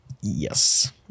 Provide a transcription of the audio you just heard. Yes